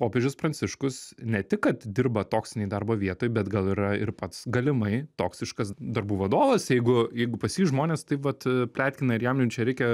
popiežius pranciškus ne tik kad dirba toksinėj darbo vietoj bet gal yra ir pats galimai toksiškas darbų vadovas jeigu jeigu pas jį žmonės taip vat pletkina ir jam jau čia reikia